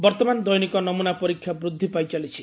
ବର୍ତ୍ତମାନ ଦୈନିକ ନମୁନା ପରୀକ୍ଷା ବୃଦ୍ଧି ପାଇଚାଲିଛି